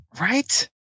Right